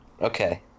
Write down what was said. okay